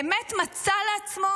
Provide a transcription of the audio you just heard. באמת מצא לעצמו